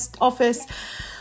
office